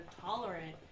tolerant